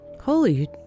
Holy